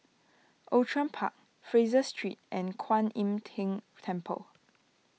Outram Park Fraser Street and Kuan Im Tng Temple